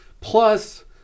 Plus